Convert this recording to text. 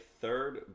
Third